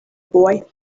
boy